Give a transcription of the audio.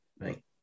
right